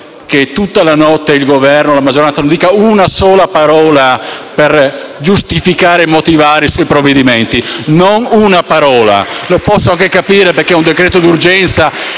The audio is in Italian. per tutta la notte il Governo e la maggioranza non dicano una sola parola per giustificare e motivare i loro provvedimenti, non una parola; lo posso capire, perché è un decreto d'urgenza